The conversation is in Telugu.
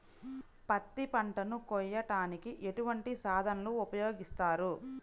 పత్తి పంటను కోయటానికి ఎటువంటి సాధనలు ఉపయోగిస్తారు?